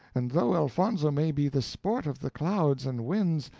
and though elfonzo may be the sport of the clouds and winds,